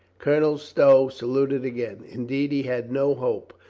colonel stow saluted again. indeed, he had no hope.